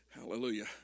Hallelujah